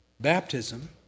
baptism